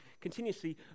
continuously